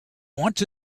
wants